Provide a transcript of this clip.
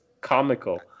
comical